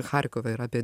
charkove ir apie